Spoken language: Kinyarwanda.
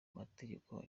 mategeko